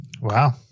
wow